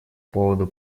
поводу